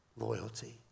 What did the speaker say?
Loyalty